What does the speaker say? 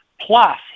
Plus